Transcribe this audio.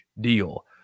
deal